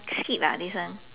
skip lah this one